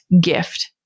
gift